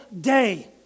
day